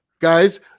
Guys